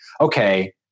okay